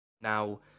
now